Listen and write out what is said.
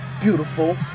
beautiful